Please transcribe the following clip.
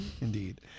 Indeed